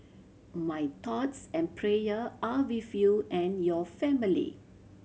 my thoughts and prayer are with you and your family